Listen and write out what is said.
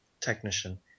Technician